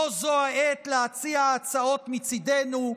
לא זו העת להציע הצעות מצידנו.